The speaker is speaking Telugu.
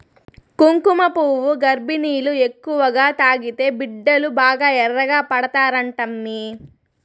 కుంకుమపువ్వు గర్భిణీలు ఎక్కువగా తాగితే బిడ్డలు బాగా ఎర్రగా పడతారంటమ్మీ